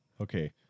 Okay